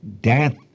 death